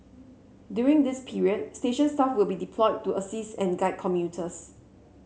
during this period station staff will be deployed to assist and guide commuters